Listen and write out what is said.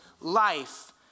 life